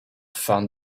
found